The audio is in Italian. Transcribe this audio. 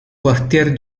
quartier